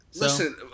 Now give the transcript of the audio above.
Listen